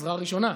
עזרה ראשונה.